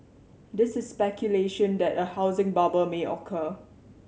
this is speculation that a housing bubble may occur